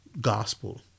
gospel